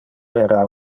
era